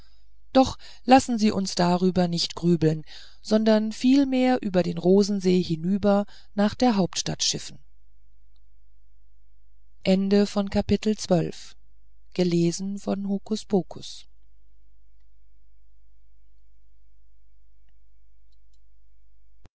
doch lassen sie uns darüber nicht grübeln sondern vielmehr über den rosensee hinüber nach der hauptstadt schiffen